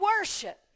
worship